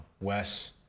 Wes